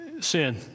sin